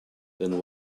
then